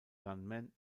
gunman